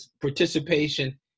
participation